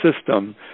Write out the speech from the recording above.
system